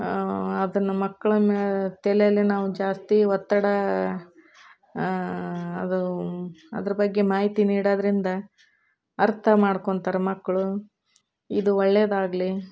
ಅದನ್ನು ಮಕ್ಳ ಮ ತಲೇಲಿ ನಾವು ಜಾಸ್ತಿ ಒತ್ತಡ ಅದು ಅದ್ರ ಬಗ್ಗೆ ಮಾಹಿತಿ ನೀಡೋದರಿಂದ ಅರ್ಥ ಮಾಡ್ಕೊಂತಾರೆ ಮಕ್ಕಳು ಇದು ಒಳ್ಳೆದಾಗಲಿ